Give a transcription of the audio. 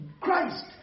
Christ